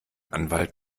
anwalt